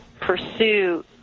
pursue